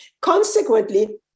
Consequently